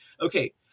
Okay